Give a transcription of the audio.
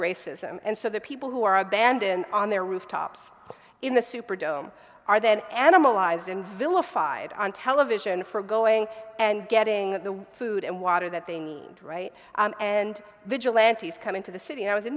racism and so the people who are abandoned on their rooftops in the superdome are then animal eyes and vilified on television for going and getting the food and matter that they need right and vigilantes come into the city i was in